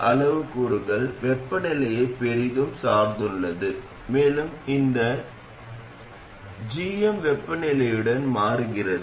அது நடக்க இது பூஜ்ஜியத்தை நோக்கிச் செல்லும் மிகச் சிறிய உள்ளீட்டு எதிர்ப்பையும் மிக அதிக வெளியீட்டு எதிர்ப்பையும் வழங்க வேண்டும்